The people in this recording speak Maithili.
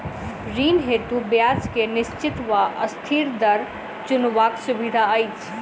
ऋण हेतु ब्याज केँ निश्चित वा अस्थिर दर चुनबाक सुविधा अछि